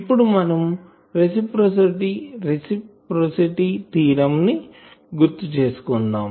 ఇప్పుడు మనము reciprocity theorem ని గుర్తు చేసుకుందాం